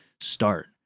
start